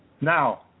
Now